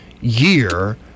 year